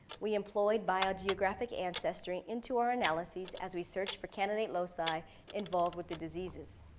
we employed biogeographic ancestry into our analyses as we searched for candidate loci involved with the diseases.